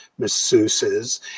masseuses